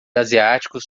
asiáticos